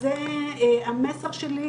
כל המחקרים שהוצגו כאן,